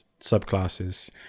subclasses